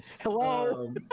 Hello